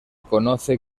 conoce